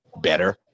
better